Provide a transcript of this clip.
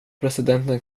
presidenten